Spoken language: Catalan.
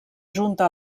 junta